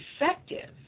effective